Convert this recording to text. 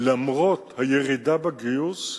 למרות הירידה בגיוס,